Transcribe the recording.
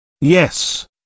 Yes